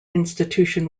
institution